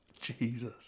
Jesus